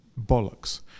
bollocks